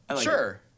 Sure